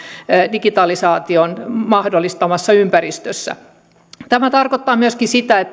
digitalisaation mahdollistamassa ympäristössä tämä tarkoittaa myöskin sitä